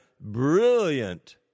brilliant